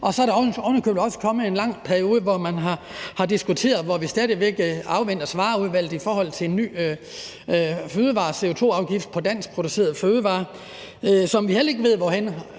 og så har der ovenikøbet også været en lang periode, hvor man har diskuteret, og hvor vi stadig væk afventer Svarerudvalgets udmelding i forhold til en ny CO2-afgift på danskproducerede fødevarer. Vi ved heller ikke, hvor